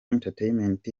entertainment